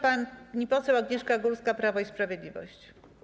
Pani poseł Agnieszka Górska, Prawo i Sprawiedliwość.